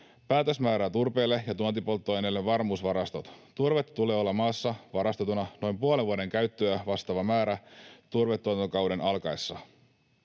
Päätös määrää turpeelle ja tuontipolttoaineille varmuusvarastot. Turvetta tulee olla maassa varastoituna noin puolen vuoden käyttöä vastaava määrä turvetuotantokauden alkaessa.